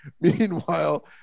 meanwhile